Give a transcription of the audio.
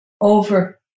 over